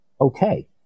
okay